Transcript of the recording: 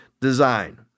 design